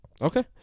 Okay